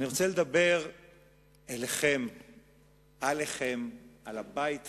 אני רוצה לדבר אליכם עליכם, על הבית הזה,